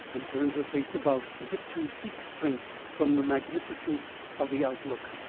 and turned her face about as if to seek strength from the magnificence of the outlook.